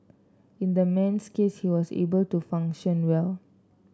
in the man's case he was able to function well